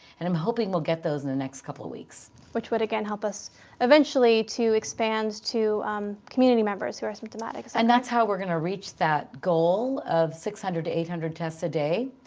and i'm hoping we'll get those in the next couple of weeks. which would again help us eventually to expand to community members who are symptomatic. and that's how we're going to reach that goal of six hundred to eight hundred tests a day,